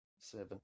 Seven